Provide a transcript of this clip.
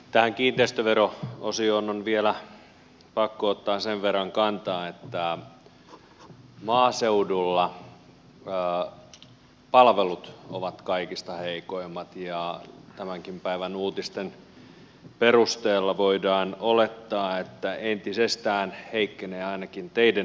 tähän kiinteistövero osioon on vielä pakko ottaa sen verran kantaa että maaseudulla palvelut ovat kaikista heikoimmat ja tämänkin päivän uutisten perusteella voidaan olettaa että ne entisestään heikkenevät ainakin teiden osalta